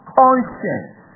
conscience